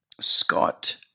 Scott